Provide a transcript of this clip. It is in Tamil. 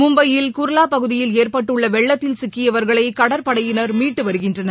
மும்பையில் குர்லா பகுதியில் ஏற்பட்டுள்ள வெள்ளத்தில் சிக்கியவர்களை கடற்படையினர் மீட்டு வருகின்றனர்